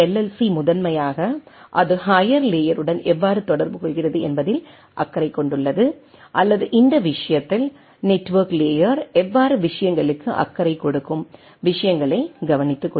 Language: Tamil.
சி முதன்மையாக அது ஹையர் லேயருடன் எவ்வாறு தொடர்புகொள்கிறது என்பதில் அக்கறை கொண்டுள்ளது அல்லது இந்த விஷயத்தில் நெட்வொர்க் லேயர் எவ்வாறு விஷயங்களுக்கு அக்கறை கொடுக்கும் குறிப்பு நேரம் 2413 விஷயங்களை கவனித்துக்கொள்கிறது